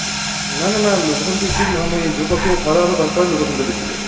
না না নাই লোকেচনটো এইখিনিত নহয় মই য'ত আছোঁ খাৰা হৈ তাৰ পৰাই লোকচনটো দিছিলোঁ